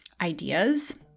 ideas